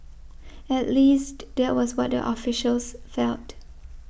at least that was what the officials felt